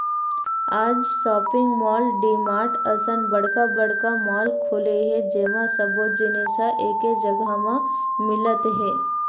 आज shopping mall, DMart असन बड़का बड़का मॉल खुले हे जेमा सब्बो जिनिस ह एके जघा म मिलत हे